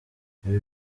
ibi